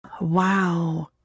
Wow